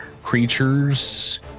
creatures